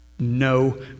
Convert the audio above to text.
no